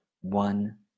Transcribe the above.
one